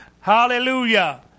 Hallelujah